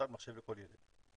ועמותת מחשב לכל ילד.